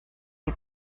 die